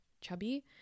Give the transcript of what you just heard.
chubby